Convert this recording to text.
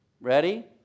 Ready